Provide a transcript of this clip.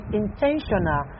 intentional